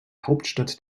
hauptstadt